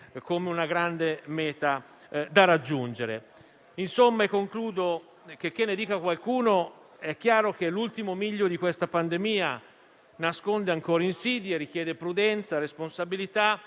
come a una grande meta da raggiungere. Checché ne dica qualcuno, è chiaro che l'ultimo miglio di questa pandemia nasconde ancora insidie, richiede prudenza, responsabilità